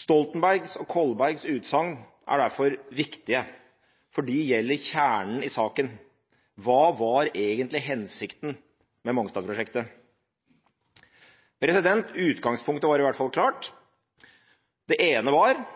Stoltenbergs og Kolbergs utsagn er derfor viktige, for de gjelder kjernen i saken: Hva var egentlig hensikten med Mongstad-prosjektet? Utgangspunktet var i hvert fall klart. Det ene var